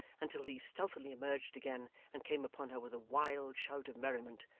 until he stealthily emerged again and came upon her with a wild shout of merriment,